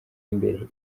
imbere